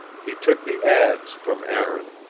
he took the adze from aaron,